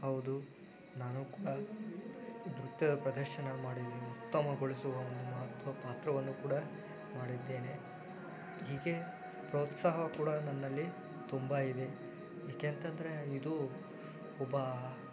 ಹೌದು ನಾನು ಕೂಡ ನೃತ್ಯದ ಪ್ರದರ್ಶನ ಮಾಡಿದ್ದೀನಿ ಉತ್ತಮಗೊಳಿಸುವ ಮಹತ್ವ ಪಾತ್ರವನ್ನು ಕೂಡ ಮಾಡಿದ್ದೇನೆ ಹೀಗೆ ಪ್ರೋತ್ಸಾಹ ಕೂಡ ನನ್ನಲ್ಲಿ ತುಂಬ ಇದೆ ಏಕೆ ಅಂತಂದರೆ ಇದು ಒಬ್ಬ